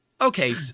Okay